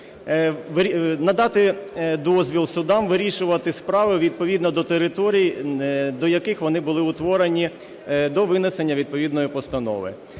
надати дозвіл судам вирішувати справи відповідно до територій, до яких вони були утворені до винесення відповідної постанови.